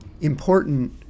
important